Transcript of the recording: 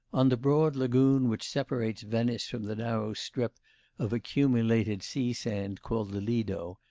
on the broad lagoon which separates venice from the narrow strip of accumulated sea sand, called the lido,